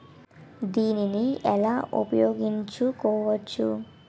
దీన్ని ఎలా ఉపయోగించు కోవచ్చు?